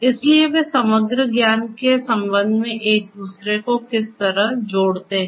इसलिए वे समग्र ज्ञान के संबंध में एक दूसरे को किस तरह से जोड़ते हैं